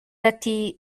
ati